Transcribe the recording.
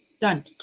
done